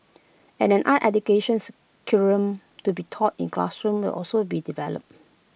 an art educations curriculum to be taught in classrooms also be developed